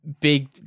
Big